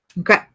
Okay